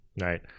right